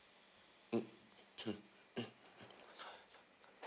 mm mm